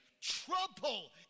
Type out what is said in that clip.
trouble